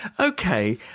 Okay